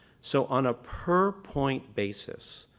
so on a per point basis,